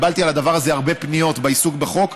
קיבלתי על הדבר הזה הרבה פניות בעיסוק בחוק.